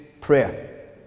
prayer